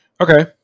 Okay